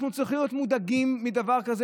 אנחנו צריכים להיות מודאגים מדבר כזה